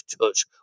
touch